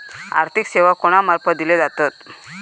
आर्थिक सेवा कोणा मार्फत दिले जातत?